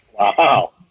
Wow